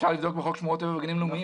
אפשר לבדוק בחוק שמורות טבע וגנים לאומיים.